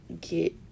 get